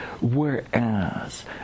whereas